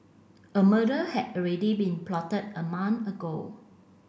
a murder had already been plotted a month ago